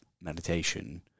meditation